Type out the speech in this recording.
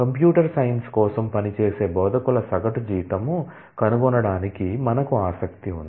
computer science కోసం పనిచేసే బోధకుల సగటు జీతం కనుగొనడానికి మనకు ఆసక్తి ఉంది